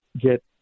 get